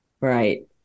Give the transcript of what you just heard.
Right